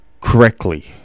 correctly